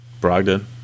Brogdon